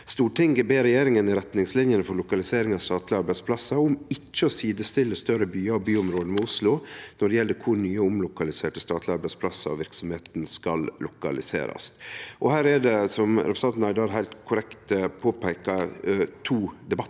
«Stortinget ber regjeringen i retningslinene for lokalisering av statlige arbeidsplasser om ikke å si destille større byer og byområder med Oslo når det gjelder hvor nye og omlokaliserte statlige arbeidsplasser og virksomheter skal lokaliseres.» Her er det, som representanten Aydar heilt korrekt peikar på, to debattar.